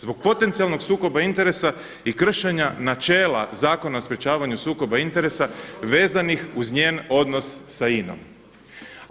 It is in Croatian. Zbog potencijalnog sukoba interesa i kršenja načela Zakona o sprječavanju sukoba interesa vezanih uz njen odnos sa INA-om.